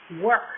work